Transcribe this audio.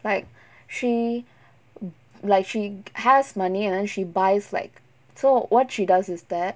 like she like she has money and then she buys like so what she does is that